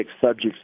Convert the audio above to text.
subjects